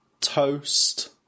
Toast